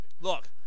Look